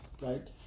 Right